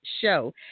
Show